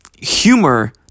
humor